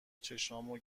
چشامو